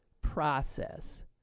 process